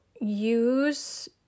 use